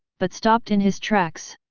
but stopped in his tracks.